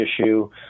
issue